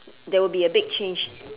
there would be a big change